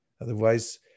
Otherwise